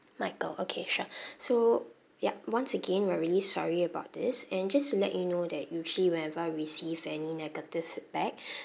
michael okay sure so yup once again we're really sorry about this and just to let you know that usually whenever we receive any negative feedback